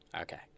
Okay